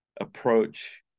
Approach